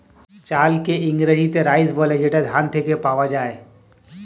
চালকে ইংরেজিতে রাইস বলে যেটা ধান থেকে পাওয়া যায়